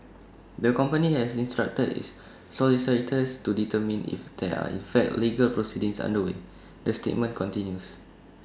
the company has instructed its solicitors to determine if there are in fact legal proceedings underway the statement continues